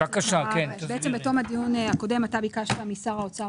בעצם בתום הדיון הקודם אתה ביקשת משרד האוצר